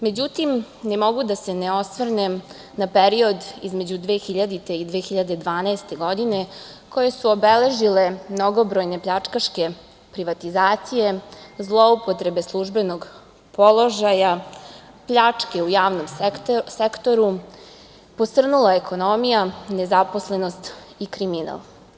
Međutim, ne mogu da se ne osvrnem na period između 2000. i 2012. godine, koje su obeležile mnogobrojne pljačkaške privatizacije, zloupotrebe službenog položaja, pljačke u javnom sektoru, posrnula ekonomija, nezaposlenost i kriminal.